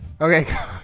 Okay